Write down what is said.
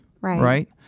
right